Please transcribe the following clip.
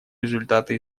результаты